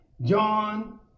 John